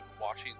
watching